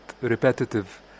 repetitive